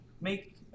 make